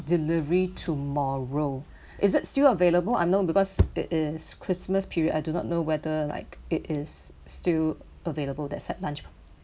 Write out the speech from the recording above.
delivery tomorrow is it still available I know because it is christmas period I do not know whether like it is still available that set lunch